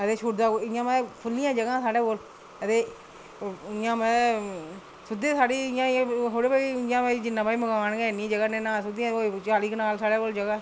ते इं'या मतलब खु'ल्लियां जगह साढ़े कोल ते इं'या मतलब सुद्धी साढ़ी जगह भई इं'या थोह्ड़े कि जिन्ना साढ़ा मकान भाई इं'या साढ़े कोल चाली कनाल जगह ऐ